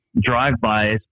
drive-bys